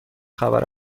خبر